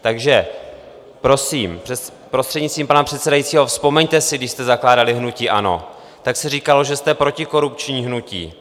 Takže prosím, prostřednictvím pana předsedajícího, vzpomeňte si, když jste zakládali hnutí ANO, tak se říkalo, že jste protikorupční hnutí.